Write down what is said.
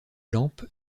lampes